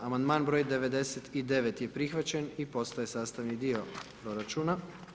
Amandman br. 99, je prihvaćen i postaje sastavni dio proračuna.